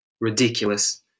Ridiculous